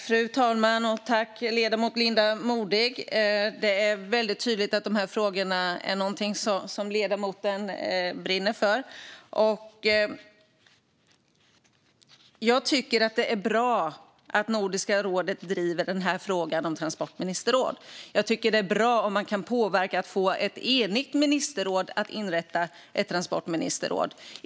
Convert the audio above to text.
Fru talman! Det är tydligt att frågorna är något som ledamoten Linda Modig brinner för. Det är bra att Nordiska rådet driver frågan om transportministerråd. Det är bra om man kan påverka så att ett enigt ministerråd vill inrätta ett transportministerråd.